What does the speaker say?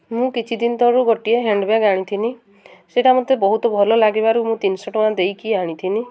ମୁଁ କିଛି ଦିନ ତଳୁ ଗୋଟିଏ ହ୍ୟାଣ୍ଡବ୍ୟାଗ୍ ଆଣିଥିଲି ସେଇଟା ମୋତେ ବହୁତ ଭଲ ଲାଗିବାରୁ ମୁଁ ତିନିଶହ ଟଙ୍କା ଦେଇକରି ଆଣିଥିଲି